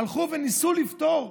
הלכו וניסו לפתור.